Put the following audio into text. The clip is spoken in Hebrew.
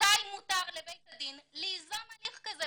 מתי מותר לבית הדין ליזום הליך כזה,